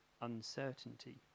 uncertainty